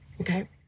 okay